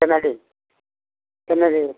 কেনেকে কেনেকে